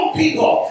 people